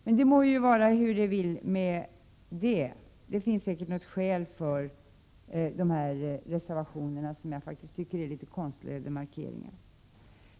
Men det må vara hur det vill med det. Det finns säkert något skäl för de här reservationerna, som jag tycker är ganska konstlade markeringar.